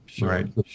right